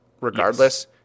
regardless